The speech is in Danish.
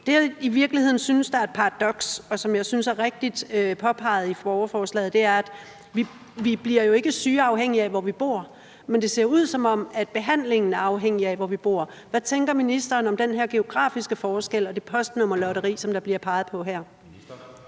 Det, jeg i virkeligheden synes er et paradoks, og som jeg synes er rigtigt påpeget i borgerforslaget, er, at vi jo ikke bliver syge, afhængigt af hvor vi bor, men at det ser ud, som om behandlingen er afhængig af, hvor vi bor. Hvad tænker ministeren om den her geografiske forskel og det postnummerlotteri, som der bliver peget på her?